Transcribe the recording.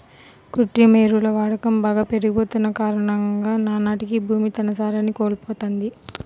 కృత్రిమ ఎరువుల వాడకం బాగా పెరిగిపోతన్న కారణంగా నానాటికీ భూమి తన సారాన్ని కోల్పోతంది